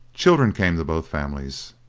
children came to both families.